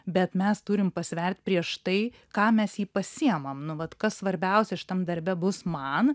bet mes turim pasvert prieš tai kam mes jį pasiemam nu vat kas svarbiausia šitam darbe bus man